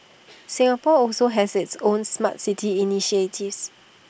Singapore also has its own Smart City initiatives